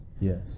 yes